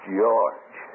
George